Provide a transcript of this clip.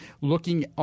looking